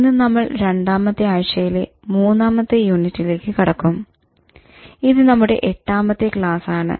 ഇന്ന് നമ്മൾ രണ്ടാമത്തെ ആഴ്ചയിലെ മൂന്നാമത്തെ യൂണിറ്റ്ലേക്ക് കടക്കും ഇത് നമ്മുടെ എട്ടാമത്തെ ക്ലാസ് ആണ്